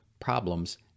problems